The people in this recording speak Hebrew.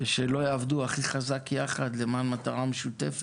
ושלא יעבדו הכי חזק יחד למען מטרה משותפת,